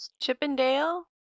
Chippendale